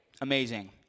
Amazing